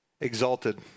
exalted